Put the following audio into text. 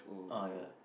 uh ya